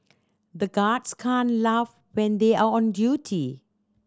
the guards can't laugh when they are on duty